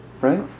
Right